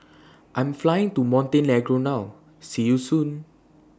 I Am Flying to Montenegro now See YOU Soon